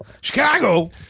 Chicago